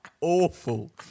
Awful